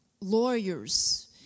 lawyers